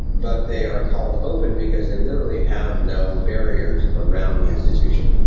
but they are called open because they literally have no barriers around the institution.